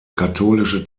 katholische